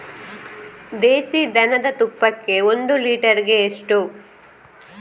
ದೇಸಿ ದನದ ತುಪ್ಪಕ್ಕೆ ಒಂದು ಲೀಟರ್ಗೆ ಎಷ್ಟು?